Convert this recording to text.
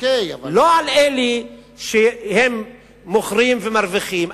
לא על אלה שמוכרים ומרוויחים.